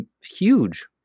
huge